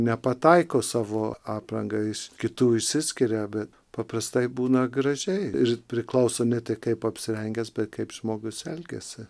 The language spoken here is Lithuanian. nepataiko savo apranga iš kitų išsiskiria bet paprastai būna gražiai ir priklauso ne tik kaip apsirengęs bet kaip žmogus elgiasi